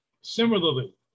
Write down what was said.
similarly